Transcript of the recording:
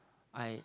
I